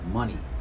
money